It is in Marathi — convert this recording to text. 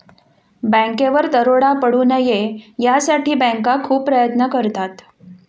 बँकेवर दरोडा पडू नये यासाठी बँका खूप प्रयत्न करतात